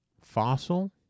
fossil